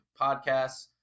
podcasts